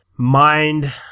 mind